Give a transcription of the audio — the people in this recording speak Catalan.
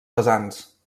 pesants